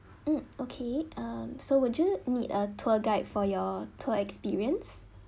mm okay um so would you need a tour guide for your tour experience